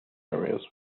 areas